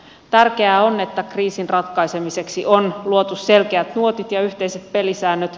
tärkeää on että kriisin ratkaisemiseksi on luotu selkeät nuotit ja yhteiset pelisäännöt